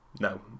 no